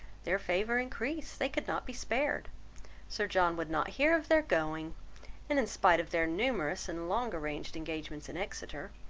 their favour increased they could not be spared sir john would not hear of their going and in spite of their numerous and long arranged engagements in exeter,